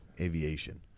aviation